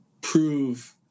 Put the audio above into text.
prove